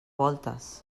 voltes